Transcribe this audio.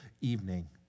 evening